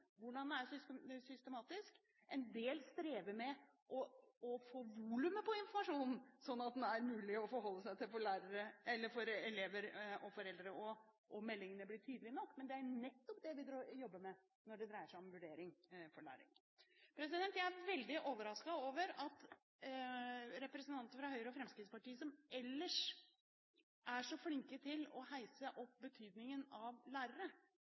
hvordan man skal gjøre det systematisk. En del strever med å få volumet på informasjonen sånn at den er mulig å forholde seg til for elever og foreldre, og at meldingene blir tydelige nok. Men det er nettopp det vi jobber med når det dreier seg om vurdering for læring. Jeg er veldig overrasket over at representanter fra Høyre og Fremskrittspartiet som ellers er så flinke til å heise opp betydningen av lærere